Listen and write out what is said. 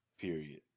Period